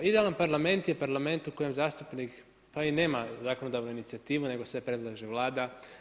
Idealan parlament je parlament u kojem zastupnik pa i nema zakonodavnu inicijativu, nego sve predlaže Vlada.